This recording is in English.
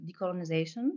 decolonization